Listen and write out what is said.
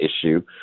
issue